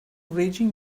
reggae